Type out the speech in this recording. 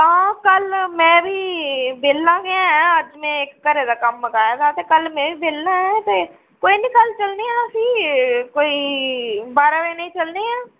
हां कल्ल में बी बेह्ल्ला गै ऐं अज्ज में इक घरै दा कम्म मुकाए दा ऐ ते कल्ल में बी बेह्ल्ला ऐ ते कोई निं कल्ल चलने आं फ्ही कोई बारां बजे नै चलने आं